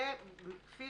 יהיה כפי